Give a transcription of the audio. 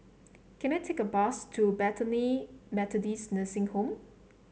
can I take a bus to Bethany Methodist Nursing Home